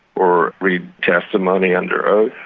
or read testimony under oath.